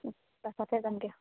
পাছতে যামগৈ